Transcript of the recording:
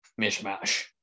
mishmash